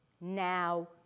now